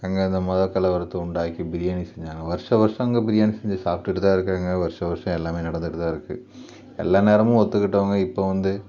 அங்கே இந்த மதக் கலவரத்தை உண்டாக்கி பிரியாணி செஞ்சாங்க வருஷா வருஷம் அங்கே பிரியாணி செஞ்சு சாப்பிட்டுட்டு தான் இருக்காங்க வருஷா வருஷம் எல்லாமே நடந்துகிட்டு தான் இருக்குது எல்லா நேரமும் ஒத்துக்கிட்டவங்க இப்போ வந்து